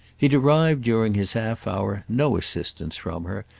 he derived during his half-hour no assistance from her,